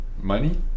money